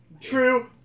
True